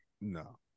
No